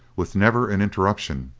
with never an interruption,